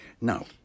Now